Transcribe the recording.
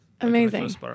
Amazing